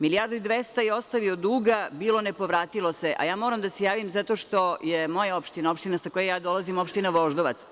Milijardu i 200 je ostavio duga, bilo, ne povratilo se, a ja moram da se javim zato što je moja opština, opština sa koje ja dolazim opština Voždovac.